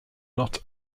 not